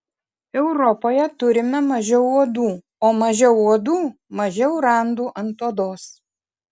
europoje turime mažiau uodų o mažiau uodų mažiau randų ant odos